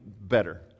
better